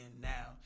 now